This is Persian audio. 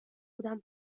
بودم